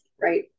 right